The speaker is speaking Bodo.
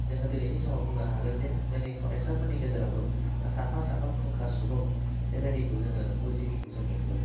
जोङो दिनैनि समाव बुंनो हागोन जे जोंनि फरायसाफोरनि गेजेरावबो साफा साफा फुंखा सुबुं बेबायदिखौ जोङो उजियोखौ जों नुहुरो